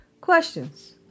Questions